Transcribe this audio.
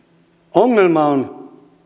ongelma on